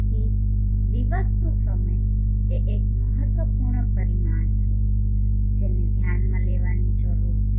તેથી દિવસનો સમય એ એક મહત્વપૂર્ણ પરિમાણ છે જેને ધ્યાનમાં લેવાની જરૂર છે